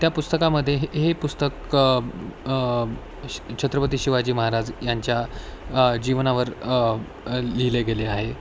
त्या पुस्तकामध्ये हे पुस्तक श छत्रपती शिवाजी महाराज यांच्या जीवनावर लिहिले गेले आहे